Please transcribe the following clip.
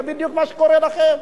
זה בדיוק מה שקורה לכם.